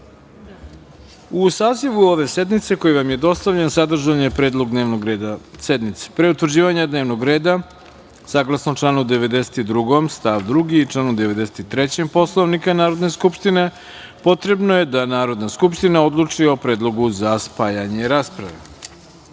sazivu ove sednice, koji vam je dostavljen sadržan je predlog dnevnog reda sednice. Pre utvrđivanja dnevnog reda, saglasno članu 92. stav 2. i članu 93. Poslovnika Narodne skupštine, potrebno je da Narodna skupština odluči o predlogu za spajanje rasprave. Narodni